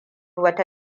wata